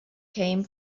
came